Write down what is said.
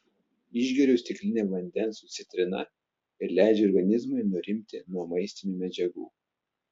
išgeriu stiklinę vandens su citrina ir leidžiu organizmui nurimti nuo maistinių medžiagų